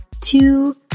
two